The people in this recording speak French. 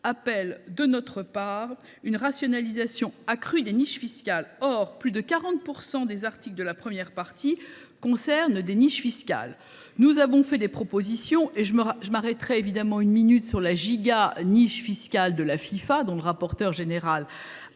appellent, de notre part, une rationalisation accrue des niches fiscales. Or plus de 40 % des articles de la première partie concernent des niches ! Nous avons formulé des propositions en ce sens. Je m’arrêterai évidemment quelques instants sur la giganiche fiscale de la Fifa, que M. le rapporteur général a